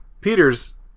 Peters